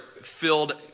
filled